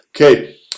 Okay